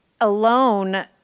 alone